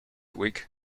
week